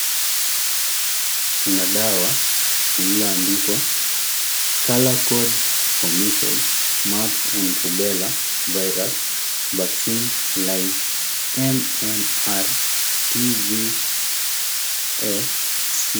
Kuna dawa lililoandikwa, Color Code for Measles, Mumps and Rubella Virus, Vaccine Live MMR, TVFC .